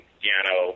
piano